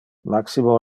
maximo